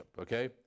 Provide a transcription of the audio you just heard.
okay